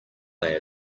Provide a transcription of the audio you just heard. they